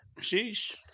Sheesh